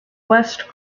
west